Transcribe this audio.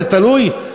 ותלוי,